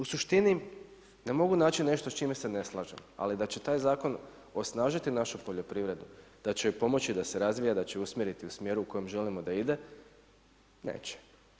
U suštini ne mogu nešto s čime se slažem, ali da će taj zakon osnažiti našu poljoprivredu, da će joj pomoći da se razvija, da će je usmjeriti u smjeru u kojem želimo da ide neće.